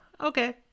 okay